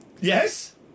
Yes